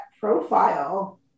profile